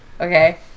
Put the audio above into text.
okay